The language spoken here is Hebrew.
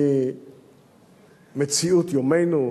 ממציאות יומנו,